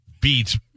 beats